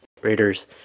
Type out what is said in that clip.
Raiders